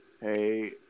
hey